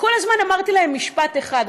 וכל הזמן אמרתי להם משפט אחד,